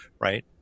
right